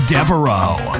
Devereaux